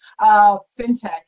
fintech